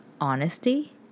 honesty